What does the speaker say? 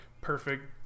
Perfect